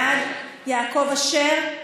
בעד, יעקב אשר,